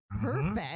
perfect